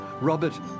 Robert